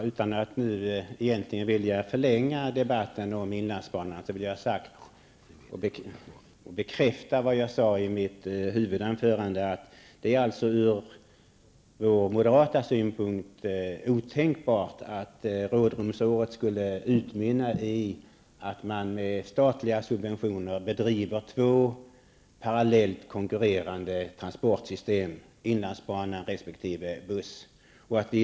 Herr talman! Utan att vilja förlänga debatten om inlandsbanan vill jag bekräfta vad jag sade i mitt huvudanförande: Det är ur moderat synpunkt otänkbart att man efter rådrumsåret med statliga subventioner skulle driva två parallella, konkurrerande transportsystem, nämligen inlandsbanan resp. busstrafiken.